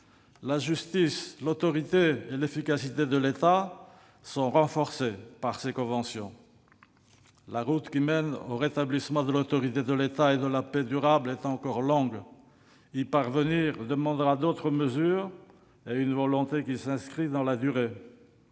la justice, l'autorité et l'efficacité de l'État sont renforcées par ces conventions. La route qui mène au rétablissement de l'autorité de l'État et de la paix durable est encore longue. Y parvenir demandera d'autres mesures et une volonté qui s'inscrit dans la durée.